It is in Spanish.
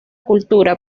cultura